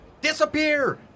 Disappear